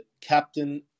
captain